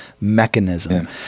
mechanism